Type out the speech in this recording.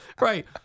Right